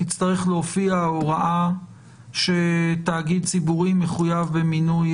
תצטרך להופיע הוראה שתאגיד ציבורי מחויב במינוי